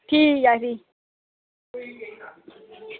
ठीक ऐ भी